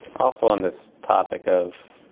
also on this topic of